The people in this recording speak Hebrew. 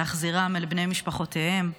להחזירם אל בני משפחותיהם.